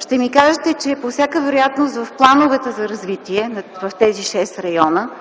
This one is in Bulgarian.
Ще ми кажете, че по всяка вероятност в плановете за развитие в тези шест района